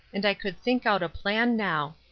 and i could think out a plan now.